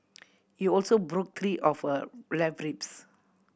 he also broke three of her left ribs